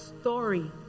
story